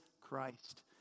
Christ